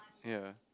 ya